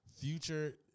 Future